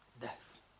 death